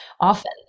often